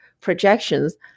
projections